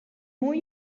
more